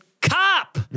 cop